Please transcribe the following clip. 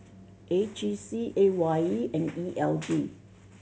A G C A Y E and E L D